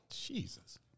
Jesus